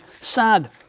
sad